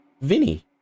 Vinny